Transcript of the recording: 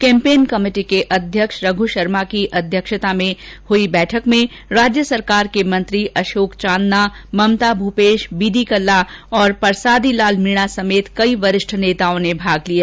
campaign committee के अध्यक्ष रघु शर्मा की अध्यक्षता में आयोजित हुई बैठक में राज्य सरकार के मंत्री अशोक चांदना ममता भूपेश बी डी कल्ला परसादी लाल मीणा समेत कई वरिष्ठ नेताओं ने भाग लिया